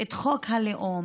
את חוק הלאום,